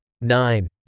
nine